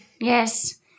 Yes